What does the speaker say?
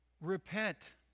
Repent